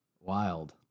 wild